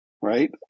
Right